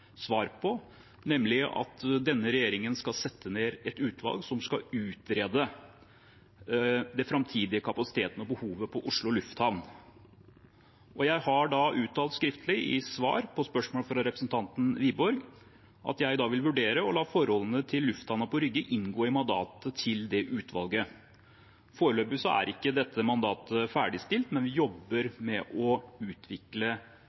svar på det – at denne regjeringen skal sette ned et utvalg som skal utrede den framtidige kapasiteten og behovet på Oslo lufthavn. Jeg har uttalt skriftlig i svar på spørsmål fra representanten Wiborg at jeg da vil vurdere å la forholdene til lufthavnen på Rygge inngå i mandatet til det utvalget. Foreløpig er ikke dette mandatet ferdigstilt, men vi jobber med å utvikle